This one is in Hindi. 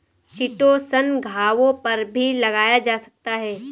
चिटोसन घावों पर भी लगाया जा सकता है